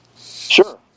Sure